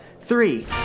three